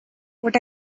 what